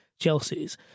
Chelsea's